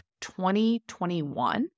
2021